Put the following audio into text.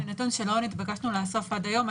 זה נתון שלא נתבקשנו לאסוף עד היום.